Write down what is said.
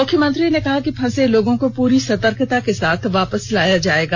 मुख्ममंत्री ने कहा कि फसे लोगों को पूरी सतर्कता के साथ वापस लाया जायेगा